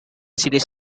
series